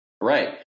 Right